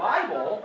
Bible